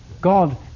God